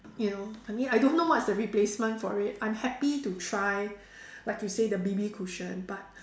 you know I mean I don't know what's the replacement for it I'm happy to try like you say the B_B cushion but